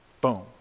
boom